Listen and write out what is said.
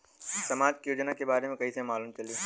समाज के योजना के बारे में कैसे मालूम चली?